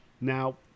Now